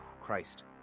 Christ